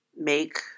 make